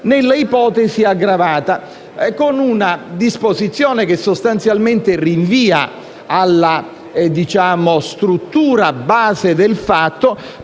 nell'ipotesi aggravata, con una disposizione che sostanzialmente rinvia alla struttura base del fatto,